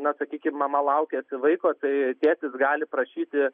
na sakykim mama laukiasi vaiko tai tėtis gali prašyti